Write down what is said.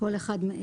כל אחד מאלה: